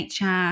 HR